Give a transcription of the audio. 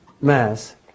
mass